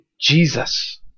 Jesus